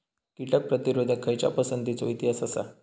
कीटक प्रतिरोधक खयच्या पसंतीचो इतिहास आसा?